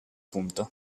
punta